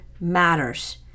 matters